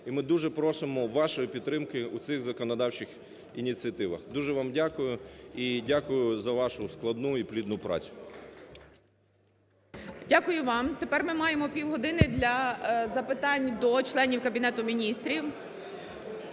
і ми дуже просимо вашої підтримки у цих законодавчих ініціативах. Дуже вам дякую. І дякую за вашу складну і плідну працю. ГОЛОВУЮЧИЙ. Дякую вам. Тепер ми маємо півгодини для запитань до членів Кабінету Міністрів.